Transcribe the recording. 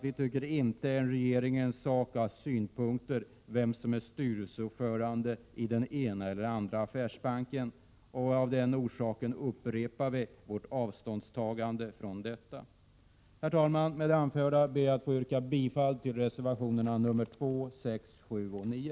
Vi tycker inte att det är regeringens sak att ha synpunkter på vem som är styrelseordförande i den ena eller andra affärsbanken. Av det skälet upprepar vi vårt avståndstagande från detta. Herr talman! Med det anförda ber jag att få yrka bifall till reservationerna nr 2, 6, 7 och 9.